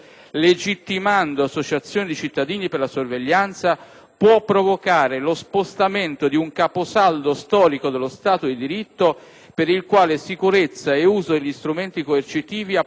può provocare lo spostamento di un caposaldo storico dello Stato di diritto per il quale sicurezza e uso degli strumenti coercitivi appartengono allo Stato, non ai privati o a gruppi di persone.